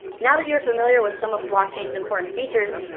now that you are familiar with some of blockchain's important features,